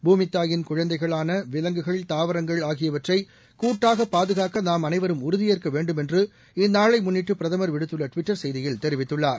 பூமி தாயின் குழந்தைகளான விவங்குகள் தாவரங்கள் ஆகியவற்றை கூட்டாக பாதுகாக்க நாம் அளைவரும் உறுதியேற்க வேண்டும் என்றுஇந்நாளை முன்னிட்டு பிரதமர் விடுத்துள்ள டுவிட்டர் செய்தியில் தெரிவித்துள்ளார்